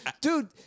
Dude